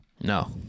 No